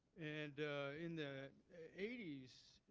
and in the eighty s,